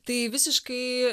tai visiškai